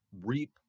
reap